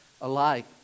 alike